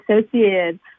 associated